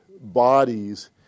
bodies